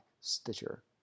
Stitcher